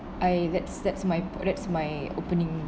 I that's that's my that's my opening